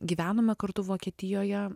gyvenome kartu vokietijoje